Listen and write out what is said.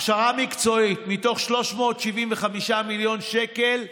הכשרה מקצועית: מתוך 375 מיליון שקל,